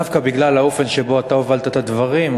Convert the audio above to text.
דווקא בגלל האופן שבו אתה הובלת את הדברים,